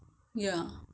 ya